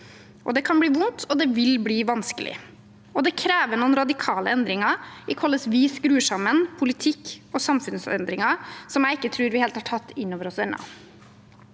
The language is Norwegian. Det kan bli vondt, det vil bli vanskelig, og det krever noen radikale endringer i hvordan vi skrur sammen politikk og samfunnsendringer, som jeg ikke tror vi helt har tatt inn over oss ennå.